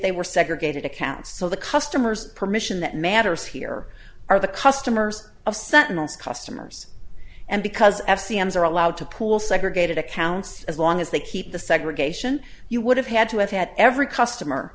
they were segregated account so the customers permission that matters here are the customers of sentinels customers and because f c m's are allowed to pool segregated accounts as long as they keep the segregation you would have had to have had every customer